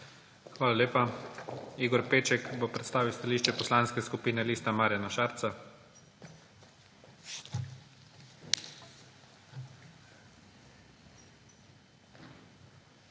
Hvala lepa. Igor Peček bo predstavil stališče Poslanske skupine Lista Marjana Šarca.